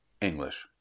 English